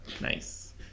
Nice